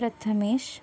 Prathamesh